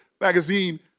magazine